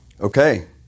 Okay